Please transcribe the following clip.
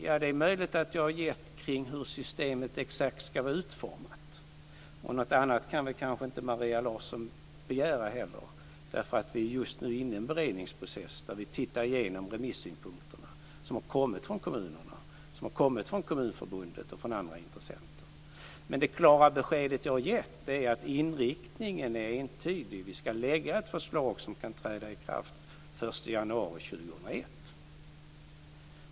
Ja, det är möjligt att jag har gett vaga besked om exakt hur systemet ska vara utformat. Något annat kan kanske inte heller Maria Larsson begära eftersom vi är inne i en beredningsprocess där vi tittar igenom remissynpunkterna som har kommit från kommunerna, Kommunförbundet och andra intressenter. Men det klara besked som jag har gett är att inriktningen är entydig. Vi ska lägga fram ett förslag som kan träda i kraft den 1 januari 2001.